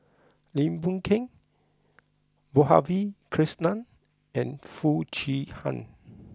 Lim Boon Keng Madhavi Krishnan and Foo Chee Han